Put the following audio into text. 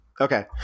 Okay